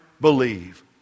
believe